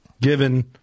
given